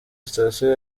sitasiyo